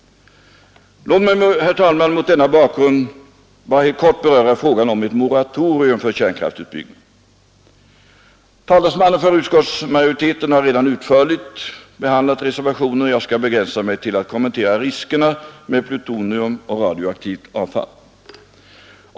Låt mig, herr talman, mot denna bakgrund helt kort beröra frågan om ett ”moratorium” för kärnkkraftsutbyggnaden. Talesmannen för utskottsmajoriteten har redan utförligt behandlat reservationen, och jag skall begränsa mig till att kommentera riskerna med plutonium och radioaktivt avfall.